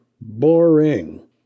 boring